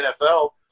nfl